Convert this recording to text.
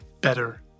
better